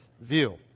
view